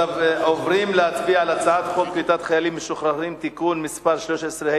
אנחנו עוברים להצביע על הצעת חוק קליטת חיילים משוחררים (תיקון מס' 13),